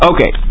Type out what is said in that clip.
Okay